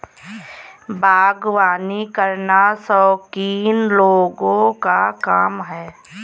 बागवानी करना शौकीन लोगों का काम है